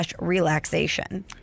relaxation